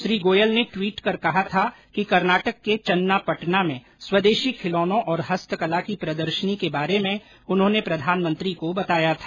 श्री गोयल ने ट्वीट कर कहा था कि कर्नाटक के चन्नापटना में स्वदेशी खिलौनों और हस्तकला की प्रदर्शनी के बारे में उन्होंने प्रधानमंत्री को बताया था